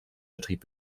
betrieb